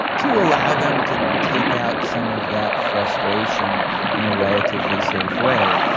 to allow them to take out some of that frustration in a relatively safe way,